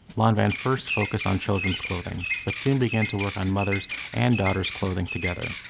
lanvin first focused on children's clothing, but soon began to work on mother's and daughter's clothing together.